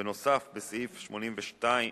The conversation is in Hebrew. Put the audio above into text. בנוסף, בסעיף 89(2),